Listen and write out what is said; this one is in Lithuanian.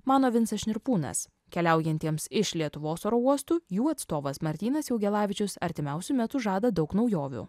mano vincas šnirpūnas keliaujantiems iš lietuvos oro uostų jų atstovas martynas jaugelavičius artimiausiu metu žada daug naujovių